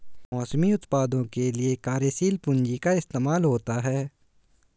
मौसमी उत्पादों के लिये कार्यशील पूंजी का इस्तेमाल होता है